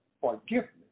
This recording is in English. forgiveness